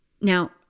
Now